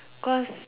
cause